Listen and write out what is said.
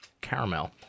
caramel